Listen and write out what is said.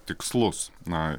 tikslus na